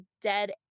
dead